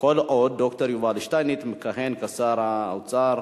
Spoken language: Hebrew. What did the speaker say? כל עוד ד"ר יובל שטייניץ מכהן כשר האוצר.